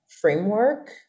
framework